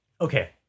Okay